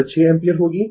यह 6 एम्पीयर होगी